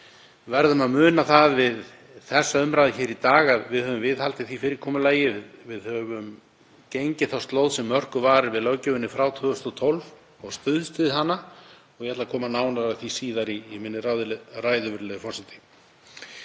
Við verðum að muna það við þessa umræðu hér í dag að við höfum viðhaldið því fyrirkomulagi, við höfum gengið þá slóð sem mörkuð var með löggjöfinni frá 2012 og stuðst við hana og ég ætla að koma nánar að því síðar í minni ræðu, virðulegi forseti.